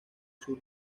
sur